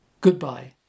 Goodbye